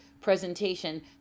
presentation